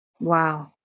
Wow